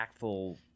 impactful